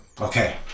Okay